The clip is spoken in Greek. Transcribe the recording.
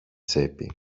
τσέπη